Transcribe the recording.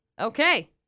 Okay